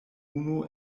unu